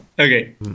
Okay